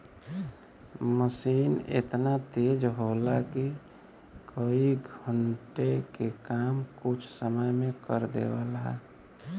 मसीन एतना तेज होला कि कई घण्टे के काम कुछ समय मे कर देवला